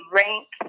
rank